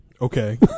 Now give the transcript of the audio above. okay